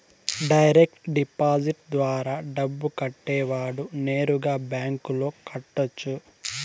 direct deposit ద్వారా డబ్బు కట్టేవాడు నేరుగా బ్యాంకులో కట్టొచ్చు